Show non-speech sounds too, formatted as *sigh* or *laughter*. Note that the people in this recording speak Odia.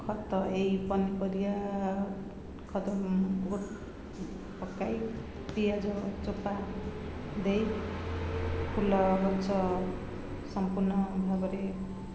ଖତ ଏଇ ପନିପରିବା ଖତ *unintelligible* ପକାଇ ପିଆଜ ଚୋପା ଦେଇ ଫୁଲ ଗଛ ସମ୍ପୂର୍ଣ୍ଣ ଭାବରେ